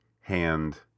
hand